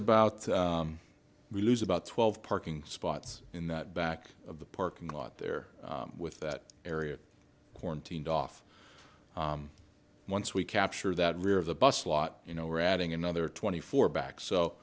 about we lose about twelve parking spots in the back of the parking lot there with that area quarantined off once we capture that rear of the bus lot you know we're adding another twenty four back